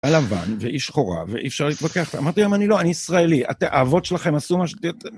הלבן, והיא שחורה, ואי אפשר להתווכח. אמרתי להם, אני לא, אני ישראלי, האבות שלכם עשו משהו?